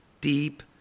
deep